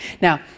Now